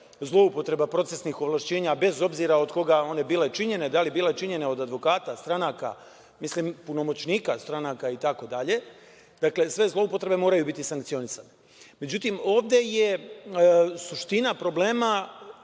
zloupotrebe procesnih ovlašćenja, bez obzira od koga one bile činjene, da li bile činjene od advokata, stranaka, punomoćnika stranaka itd. Dakle, sve zloupotrebe moraju biti sankcionisane.Međutim, ovde je suština problema